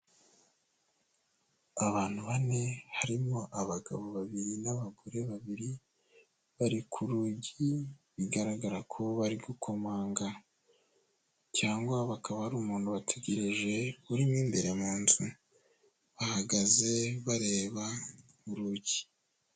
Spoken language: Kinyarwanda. Abantu bane harimo abagabo babiri n'abagore babiri, bari ku rugi bigaragara ko bari gukomanga, cyangwa bakaba ari umuntu bategereje urimo imbere mu nzu, bahagaze bareba urugi.